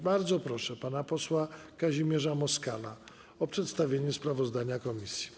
Bardzo proszę pana posła Kazimierza Moskala o przedstawienie sprawozdania komisji.